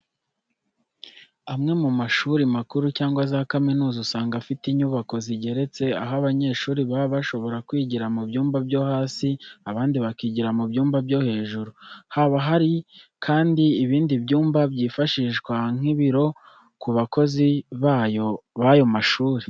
Amwe mu mashuri makuru cyangwa za kaminuza usanga afite inyubako zigeretse aho abanyeshuri baba bashobora kwigira mu byumba byo hasi abandi bakigira mu byumba byo hejuru. Haba hari kandi ibindi byumba byifashishwa nk'ibiro ku bakozi b'ayo mashuri.